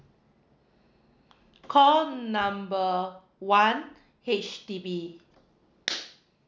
call number one H_D_B